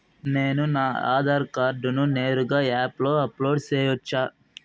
నేను నా ఆధార్ కార్డును నేరుగా యాప్ లో అప్లోడ్ సేయొచ్చా?